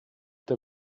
der